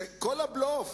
שכל הבלוף